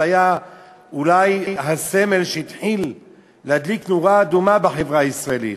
שהיה אולי הסמל שהתחיל להדליק נורה אדומה בחברה הישראלית,